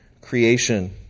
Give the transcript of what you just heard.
creation